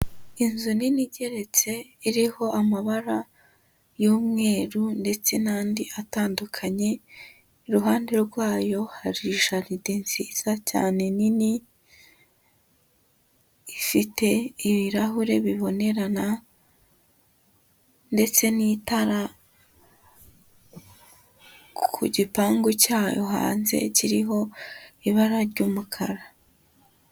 Inzu nini igeretse iriho amabara y'umweru, ndetse n'andi atandukanye, iruhande rwayo hari jaride nziza cyane nini, ifite ibirahure bibonerana, ndetse n'itara, ku gipangu cyayo hanze kiriho, ibara ry'umukara.